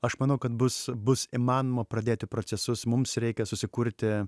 aš manau kad bus bus įmanoma pradėti procesus mums reikia susikurti